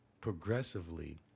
progressively